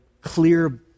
clear